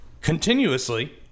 continuously